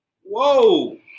Whoa